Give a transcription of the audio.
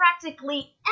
practically